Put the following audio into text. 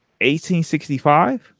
1865